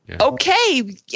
Okay